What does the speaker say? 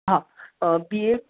हां बी ए